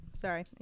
sorry